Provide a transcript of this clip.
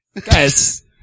Guys